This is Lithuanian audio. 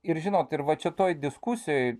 ir žinot ir vat čia toj diskusijoj